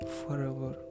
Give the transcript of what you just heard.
forever